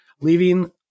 leaving